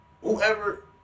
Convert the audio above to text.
whoever